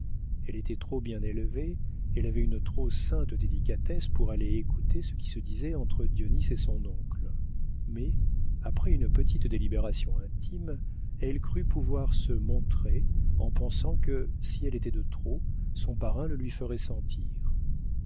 elle était trop bien élevée elle avait une trop sainte délicatesse pour aller écouter ce qui se disait entre dionis et son oncle mais après une petite délibération intime elle crut pouvoir se montrer en pensant que si elle était de trop son parrain le lui ferait sentir